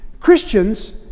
Christians